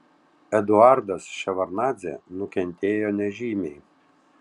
eduardas ševardnadzė nukentėjo nežymiai